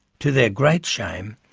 to their great shame,